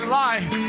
life